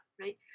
right